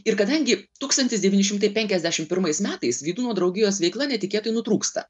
ir kadangi tūkstantis devyni šimtai penkiasdešim pirmais metais vydūno draugijos veikla netikėtai nutrūksta